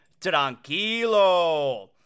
tranquilo